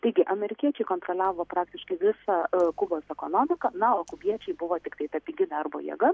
taigi amerikiečiai kontroliavo praktiškai visą kubos ekonomiką na o kubiečiai buvo tiktai ta pigi darbo jėga